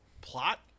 plot